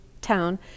town